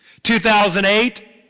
2008